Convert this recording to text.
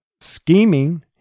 Scheming